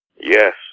Yes